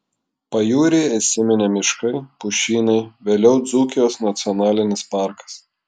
pajūryje įsiminė miškai pušynai vėliau dzūkijos nacionalinis parkas